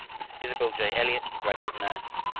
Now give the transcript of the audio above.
miss isabelle j. elliott, a graduate nurse,